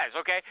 okay